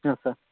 ಹಾಂ ಸ